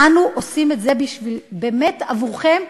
אנו עושים את זה באמת עבורכם,